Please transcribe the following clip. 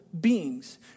beings